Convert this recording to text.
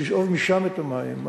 בשביל לשאוב משם את המים,